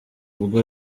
ubwo